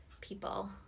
people